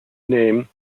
name